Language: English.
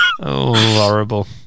horrible